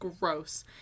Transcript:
gross